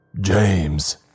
James